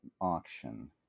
auction